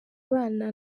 abana